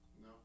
No